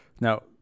Now